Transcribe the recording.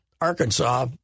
Arkansas